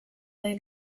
they